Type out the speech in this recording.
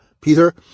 Peter